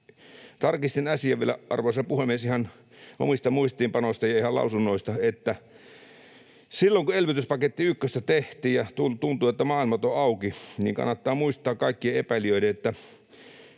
Tarkistin asian vielä, arvoisa puhemies, ihan omista muistiinpanoista ja ihan lausunnoista, että silloin, kun elvytyspaketti ykköstä tehtiin ja tuntui, että maailmat ovat auki — kannattaa muistaa kaikkien epäilijöiden